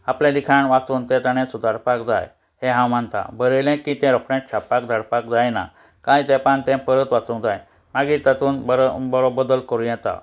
आपलें लिखाण वाचून तें ताणें सुदारपाक जाय हें हांव मानतां बरयलें की तें रोखडें छापपाक धाडपाक जायना कांय तेपान तें परत वाचूंक जाय मागीर तातूंत बरो बरो बदल करूं येता